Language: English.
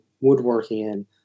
woodworking